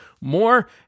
more